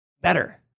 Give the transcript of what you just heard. better